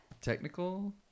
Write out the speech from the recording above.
technical